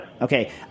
Okay